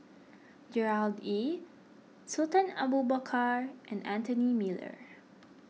Gerard Ee Sultan Abu Bakar and Anthony Miller